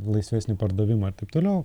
laisvesnį pardavimą ir taip toliau